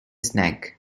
snag